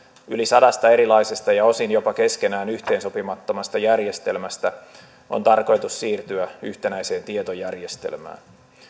yli sadasta erilaisesta ja osin jopa keskenään yhteensopimattomasta järjestelmästä on tarkoitus siirtyä yhtenäiseen tietojärjestelmään